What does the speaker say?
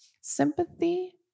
sympathy